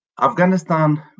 Afghanistan